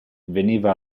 veniva